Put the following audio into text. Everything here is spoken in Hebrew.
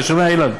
אתה שומע, אילן?